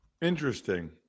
Interesting